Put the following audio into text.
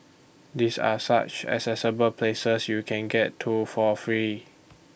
these are such accessible places you can get to for free